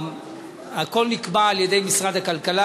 הכול נקבע על-ידי משרד הכלכלה.